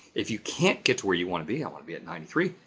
if you can't get to where you want to be, i want to be at ninety three.